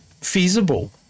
feasible